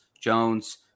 Jones